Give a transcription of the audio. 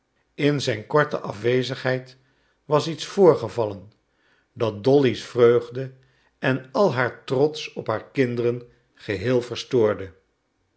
in zijn korte afwezigheid was iets voorgevallen dat dolly's vreugde en al haar trots op haar kinderen geheel verstoorde